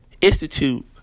institute